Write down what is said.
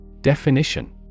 definition